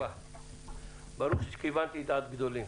ברוך שכיוונתי לדעת גדולים.